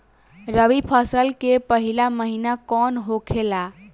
रबी फसल के पहिला महिना कौन होखे ला?